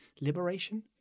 Liberation